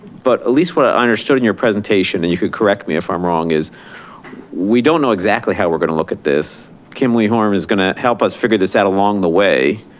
but at least what i understood in your presentation, and you could correct me if i'm wrong is we don't know exactly how we're going to look at this. kimberly horn is gonna help us figure this out along the way.